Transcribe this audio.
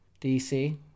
dc